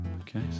Okay